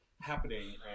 happening